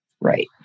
Right